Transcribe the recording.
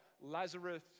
Lazarus